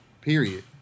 Period